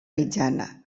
mitjana